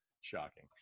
shocking